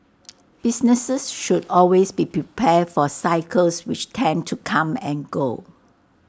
businesses should always be prepared for cycles which tend to come and go